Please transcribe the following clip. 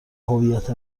هویت